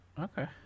Okay